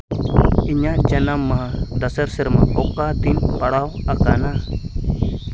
ᱤᱧᱟᱹᱜ ᱡᱟᱱᱟᱢ ᱢᱟᱦᱟ ᱫᱚᱥᱟᱨ ᱥᱮᱨᱢᱟ ᱚᱠᱟ ᱫᱤᱱ ᱯᱟᱲᱟᱣ ᱟᱠᱟᱱᱟ